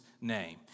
name